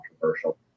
controversial